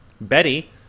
Betty